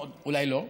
כאילו,